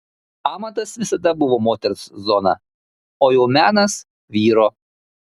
amatas visada buvo moters zona o jau menas vyro